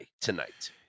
tonight